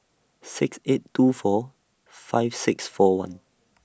six eight two four five six four one